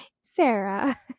Sarah